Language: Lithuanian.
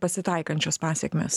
pasitaikančios pasekmes